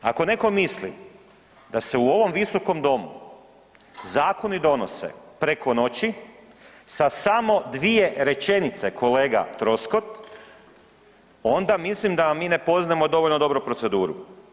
Ako neko misli da se u ovom visokom domu zakoni donose preko noći sa samo dvije rečenice kolega Troskot, onda mislim da mi ne poznajemo dovoljno dobro proceduru.